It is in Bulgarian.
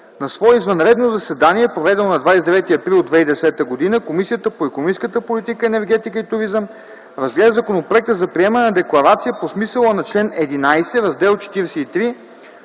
На свое извънредно заседание, проведено на 29 април 2010 г., Комисията по икономическата политика, енергетика и туризъм разгледа Законопроекта за приемане на Декларация по смисъла на чл. ХІ, Раздел 43